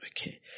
Okay